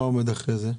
מה עומד מאחורי זה?